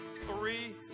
Three